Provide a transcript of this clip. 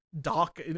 dock